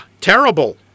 terrible